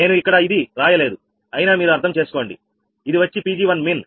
నేను ఇక్కడ ఇది రాయలేదు అయినా మీరు అర్థం చేసుకోండి ఇది వచ్చి 𝑃𝑔1min